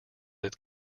its